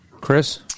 Chris